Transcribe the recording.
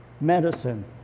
medicine